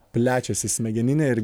plečiasi smegeninė ir